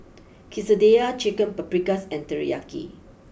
Quesadillas Chicken Paprikas and Teriyaki